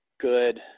good